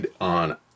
on